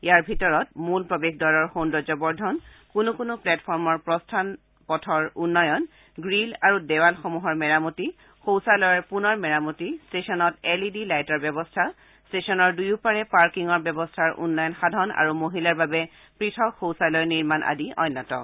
ইয়াৰ ভিতৰত মূল প্ৰৱেশদ্বাৰৰ সৌন্দৰ্যবৰ্ধন কোনো কোনো প্লেটফৰ্মৰ প্ৰস্থান পথৰ উন্নয়ন গ্ৰীল আৰু দেৱালসমূহৰ মেৰামতি শৌচালয়ৰ পুনৰ মেৰামতি ট্টেচনত এল ই ডি লাইটৰ ব্যৱস্থা ট্টেচনৰ দুয়োপাৰে পাৰ্কিং ব্যৱস্থাৰ উন্নয়ন সাধন আৰু মহিলাৰ বাবে পথক শৌচালয় নিৰ্মাণ আদি অন্যতম